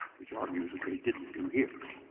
which arguably they didn't do here.